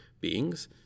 beings